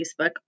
Facebook